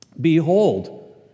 Behold